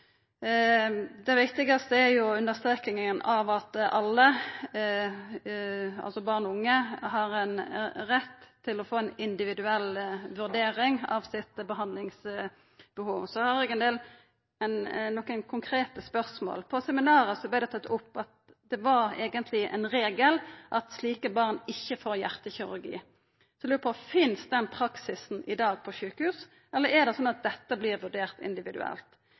Det viktigaste er understrekinga av at alle, altså barn og unge, har rett til å få ei individuell vurdering av sitt behandlingsbehov. Så har eg nokre konkrete spørsmål. På seminaret vart det tatt opp at det eigentleg er ein regel at slike barn ikkje får hjertekirurgi, så eg lurer på: Finst denne praksisen i dag på sjukehusa, eller er det slik at dette vert vurdert individuelt?